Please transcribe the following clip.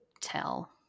tell